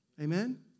Amen